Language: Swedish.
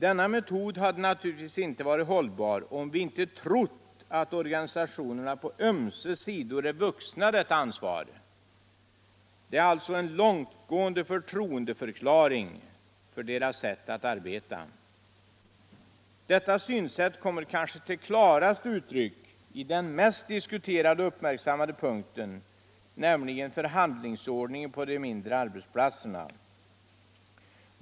Denna metod hade naturligtvis inte varit hållbar, om vi inte trott att organisationerna på ömse sidor är vuxna detta ansvar. Det är alltså en långtgående förtroendeförklaring för deras sätt att arbeta. Detta synsätt kommer kanske klarast till uttryck i den mest diskuterade och uppmärksammade punkten, nämligen förhandlingsordningen på de mindre arbetsplatserna.